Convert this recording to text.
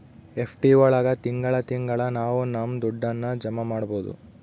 FD ಒಳಗ ತಿಂಗಳ ತಿಂಗಳಾ ನಾವು ನಮ್ ದುಡ್ಡನ್ನ ಜಮ ಮಾಡ್ಬೋದು